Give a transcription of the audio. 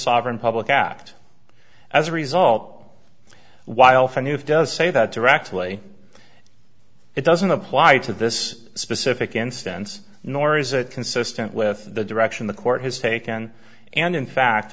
sovereign public act as a result while phaneuf does say that directly it doesn't apply to this specific instance nor is it consistent with the direction the court has taken and in fact